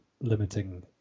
limiting